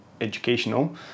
educational